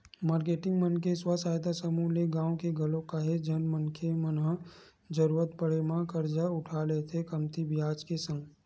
marketing मन के स्व सहायता समूह ले गाँव के घलोक काहेच झन मनखे मन ह जरुरत पड़े म करजा उठा लेथे कमती बियाज के संग